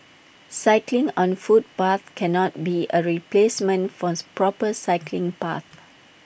cycling on footpaths cannot be A replacement force proper cycling paths